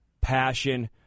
passion